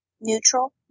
Neutral